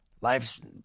life's